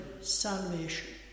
salvation